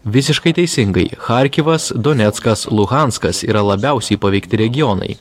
visiškai teisingai charkivas doneckas luhanskas yra labiausiai paveikti regionai